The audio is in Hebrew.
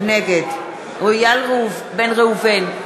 נגד איל בן ראובן,